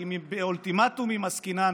כי עם אוליטימטומים עסקינן,